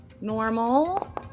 normal